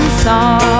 song